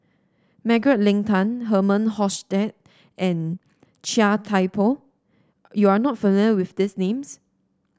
Margaret Leng Tan Herman Hochstadt and Chia Thye Poh you are not familiar with these names